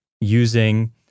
using